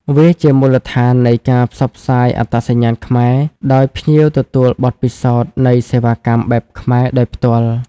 វាជាមូលដ្ឋាននៃការផ្សព្វផ្សាយអត្តសញ្ញាណខ្មែរ ដោយភ្ញៀវទទួលបទពិសោធន៍នៃសេវាកម្មបែបខ្មែរដោយផ្ទាល់។